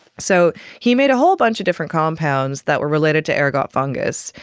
so he made a whole bunch of different compounds that were related to ergot fungus.